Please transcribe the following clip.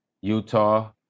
Utah